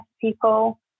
people